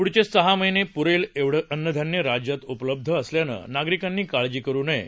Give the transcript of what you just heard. पृढचे सहा महिने प्रेल एवढे अन्नधान्य राज्यात उपलब्ध असल्यानं नागरिकांनी काळजी करू नये